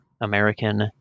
American